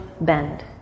bend